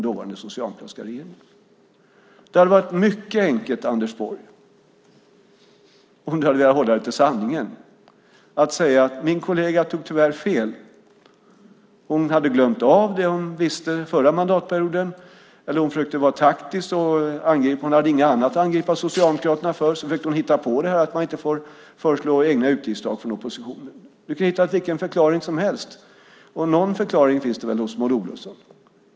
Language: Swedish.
Det hade varit mycket enkelt om du hade velat hålla dig till sanningen, Anders Borg, att säga att din kollega tyvärr hade fel, att hon hade glömt av det hon visste förra mandatperioden eller att hon försökte vara taktisk och hade inget annat att angripa Socialdemokraterna för och därför försökte hitta på det här om att man inte får föreslå egna utgiftstak från oppositionen. Du hade kunnat hitta vilken förklaring som helst. Någon förklaring finns det väl hos Maud Olofsson?